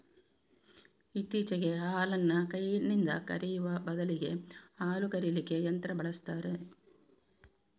ಇತ್ತೀಚೆಗೆ ಹಾಲನ್ನ ಕೈನಿಂದ ಕರೆಯುವ ಬದಲಿಗೆ ಹಾಲು ಕರೀಲಿಕ್ಕೆ ಯಂತ್ರ ಬಳಸ್ತಾರೆ